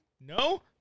No